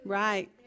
right